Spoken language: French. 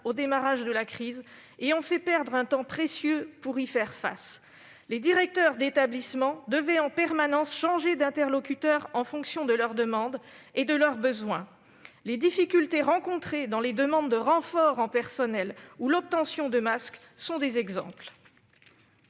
au démarrage de la crise et ont fait perdre un temps précieux pour faire face à cette dernière. Les directeurs d'établissement devaient en permanence changer d'interlocuteur en fonction de leurs demandes et de leurs besoins. Les difficultés rencontrées dans les demandes de renforts en personnel ou l'obtention de masques en sont deux exemples.